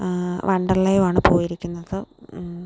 വണ്ടർലായും ആണ് പോയിരിക്കുന്നത്